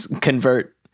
convert